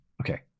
Okay